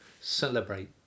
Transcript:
celebrate